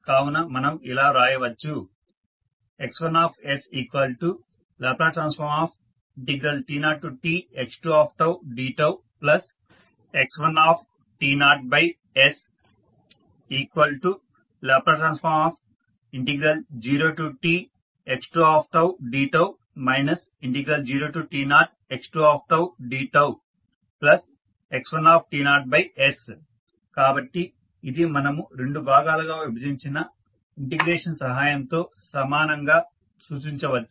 కావున మనం ఇలా వ్రాయవచ్చు X1sLt0tx2dτx1sL0tx2dτ 0t0x2dτx1s కాబట్టి ఇది మనము రెండు భాగాలుగా విభజించిన ఇంటిగ్రేషన్ సహాయంతో సమానంగా సూచించవచ్చు